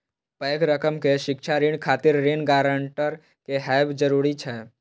पैघ रकम के शिक्षा ऋण खातिर ऋण गारंटर के हैब जरूरी छै